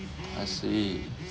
I see